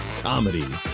comedy